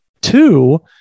two